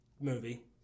movie